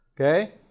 Okay